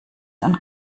und